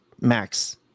max